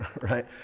right